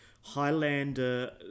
Highlander